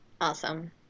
awesome